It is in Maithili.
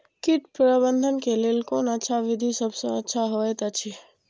कीट प्रबंधन के लेल कोन अच्छा विधि सबसँ अच्छा होयत अछि?